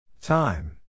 Time